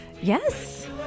Yes